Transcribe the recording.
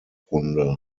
runde